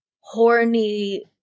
horny